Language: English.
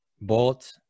Bolt